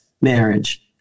marriage